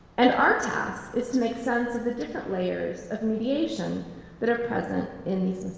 and our task is to make sense of the different layers of mediation that are present in these